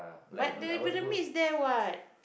but the but the is there [what]